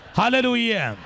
hallelujah